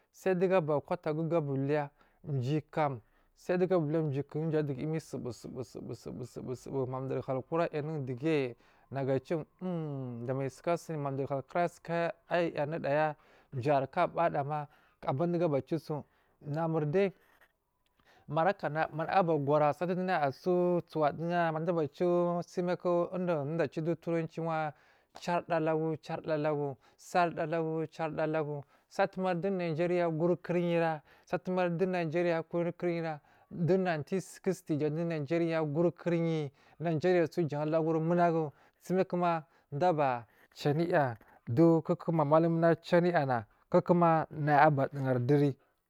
Sai dugu ba kwata dugu aba uluya kutagu ga aba uliya jiyikam saidugu abo uluya jan dugu aburi imi subol subu subu subu madur halkura yu anu, un dege nagu a cuwu um dama sukasumi madir halkura madakara ayi anudaya abadamaa abandugu abaciwusu namur deyi ma aka naya manaya aba gurce satu dunaya su suduha mada aba sumiyaku duwu dowu aciwu dowu turanciwa jarda lagu jarda lagu jardatagu satumari du nigeria aguri agurikuriya ra satumari du nigeria agur kuryira duwu nayiti sisti du nigeria guri kuryi nigeria su jan laguri munagu sumiyaku dowu aba ciyi anuya duku ku malam na aciwo anuyana kukuma naya aba duhari duri.